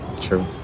True